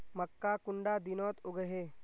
मक्का कुंडा दिनोत उगैहे?